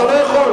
אתה לא יכול.